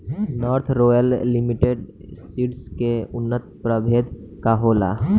North royal limited seeds के उन्नत प्रभेद का होला?